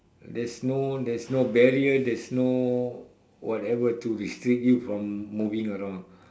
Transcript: there's no there's no barrier there's no whatever to restrict you from moving around